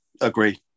agree